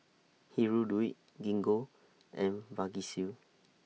Hirudoid Gingko and Vagisil